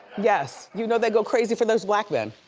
yes. you know, they go crazy for those black men.